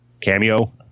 cameo